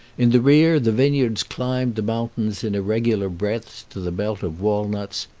in the rear the vineyards climbed the mountains in irregular breadths to the belt of walnuts,